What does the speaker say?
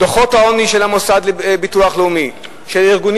דוחות העוני של המוסד לביטוח לאומי ושל ארגונים